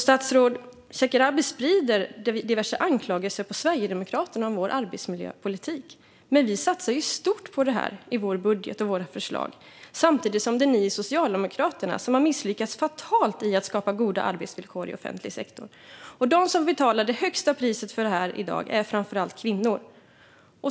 Statsrådet Shekarabi sprider diverse anklagelser mot oss i Sverigedemokraterna gällande vår arbetsmiljöpolitik. Men vi satsar ju stort på detta i vår budget och våra förslag, samtidigt som det är ni i Socialdemokraterna som har misslyckats fatalt med att skapa goda arbetsvillkor i offentlig sektor. De som får betala det högsta priset för detta i dag är framför allt kvinnor.